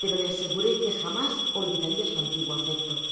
pero le aseguré que jamás olvidaría su antiguo afecto